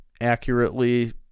accurately